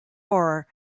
horror